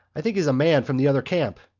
i think he's a man from the other camp.